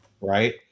right